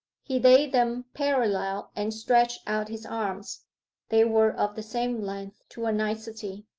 he laid them parallel and stretched out his arms they were of the same length to a nicety.